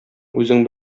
үзең